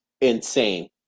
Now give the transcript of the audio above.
insane